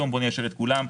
בואו ניישר את כולם.